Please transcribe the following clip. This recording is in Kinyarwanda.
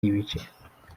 ibice